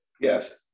yes